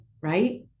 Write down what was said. right